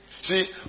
See